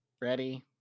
Ready